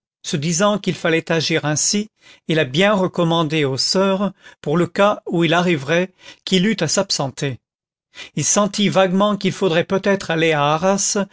se disant qu'il fallait agir ainsi et la bien recommander aux soeurs pour le cas où il arriverait qu'il eût à s'absenter il sentit vaguement qu'il faudrait peut-être aller à arras